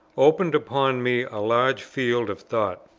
opened upon me a large field of thought.